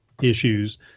issues